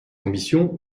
ambition